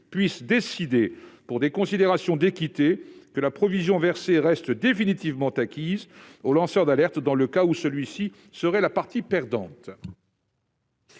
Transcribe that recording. puisse décider, pour des considérations d'équité, que la provision versée reste définitivement acquise au lanceur d'alerte dans le cas où celui-ci serait la partie perdante